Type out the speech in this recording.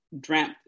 dreamt